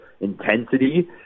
intensity